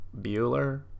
Bueller